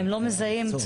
אה, הם לא מזהים צורך?